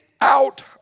out